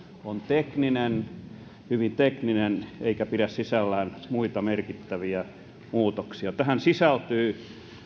on hyvin tekninen eikä pidä sisällään muita merkittäviä muutoksia tähän sisältyy